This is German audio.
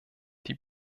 die